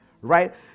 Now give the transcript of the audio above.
Right